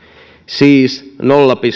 siis nolla